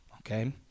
okay